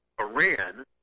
Iran